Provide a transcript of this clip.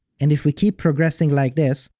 and if we keep progressing like this,